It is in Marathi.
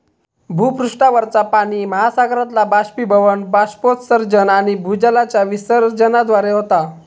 भूपृष्ठावरचा पाणि महासागरातला बाष्पीभवन, बाष्पोत्सर्जन आणि भूजलाच्या विसर्जनाद्वारे होता